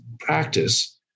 practice